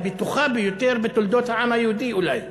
הבטוחה ביותר בתולדות העם היהודי אולי.